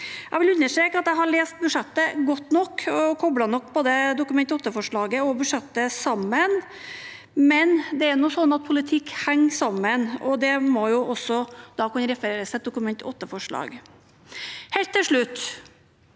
Jeg vil understreke at jeg har lest Rødts budsjett godt nok, og har koblet Dokument 8-forslaget og budsjettforslaget sammen. Men det er jo slik at politikk henger sammen, og man må jo da kunne referere til et Dokument 8-forslag. Helt til slutt: